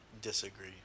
disagree